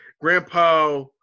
grandpa